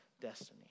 destiny